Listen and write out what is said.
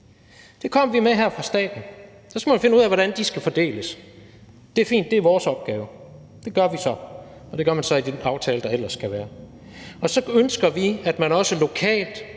Det kom vi med her fra statens side. Så skal man finde ud af, hvordan de skal fordeles. Det er fint, det er vores opgave. Det gør vi så, og det gør man så i den aftale, der ellers skal være. Og så ønsker vi, at man også lokalt